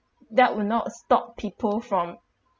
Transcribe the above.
that will not stop people from